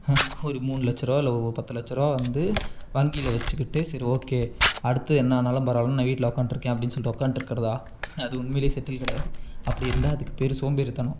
ஒரு மூணு லட்சருவா இல்லை ஒரு பத்து லட்சருவா வந்து வங்கியில் வச்சுக்கிட்டு சரி ஓகே அடுத்து என்ன ஆனாலும் பரவாயில்லன்னு நான் வீட்டில் உட்காண்டிட்ருக்கேன் அப்படின்னு சொல்லிவிட்டு உட்காண்ட்டிருக்கறதா அது உண்மையில் செட்டில் கிடையாது அப்படி இருந்தால் அதுக்கு பேரு சோம்பேறித்தனம்